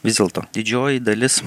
vis dėlto didžioji dalis